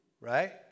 right